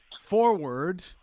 forward